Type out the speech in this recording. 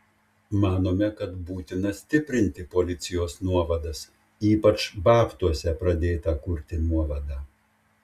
manome kad būtina stiprinti policijos nuovadas ypač babtuose pradėtą kurti nuovadą